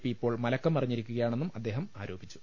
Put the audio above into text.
P ഇപ്പോൾ മലക്കം മറിഞ്ഞിരിക്കുകയാണെന്നും അദ്ദേഹം ആരോപിച്ചു